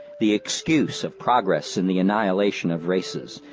the excuse of progress in the annihilation of races,